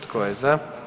Tko je za?